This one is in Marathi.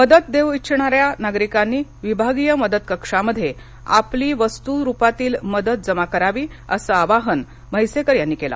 मदत देऊ इच्छिणाऱ्या नागरिकांनी विभागीय मदत कक्षामध्ये आपली वस्तू स्वरुपातील मदत जमा करावी असं आवाहन म्हैसेकर यांनी केलं